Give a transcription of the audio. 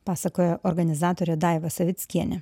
pasakoja organizatorė daiva savickienė